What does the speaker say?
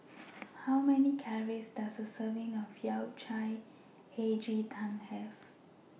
How Many Calories Does A Serving of Yao Cai Hei Ji Tang Have